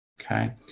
okay